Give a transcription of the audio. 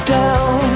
down